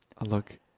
Look